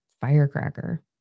firecracker